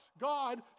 God